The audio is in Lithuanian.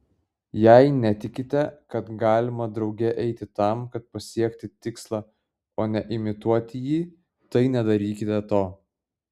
jei netikite kad galima drauge eiti tam kad pasiekti tikslą o ne imituoti jį tai nedarykite to